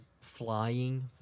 flying